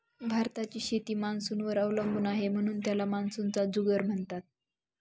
भारताची शेती मान्सूनवर अवलंबून आहे, म्हणून त्याला मान्सूनचा जुगार म्हणतात